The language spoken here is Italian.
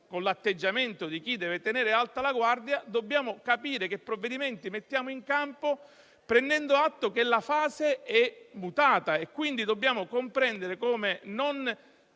con l'atteggiamento di chi deve tenere alta la guardia, dobbiamo capire quali provvedimenti mettere in campo, prendendo atto che la fase è mutata e quindi dobbiamo comprendere come non